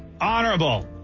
honorable